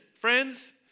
friends